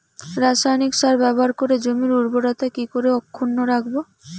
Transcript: রাসায়নিক সার ব্যবহার করে জমির উর্বরতা কি করে অক্ষুণ্ন রাখবো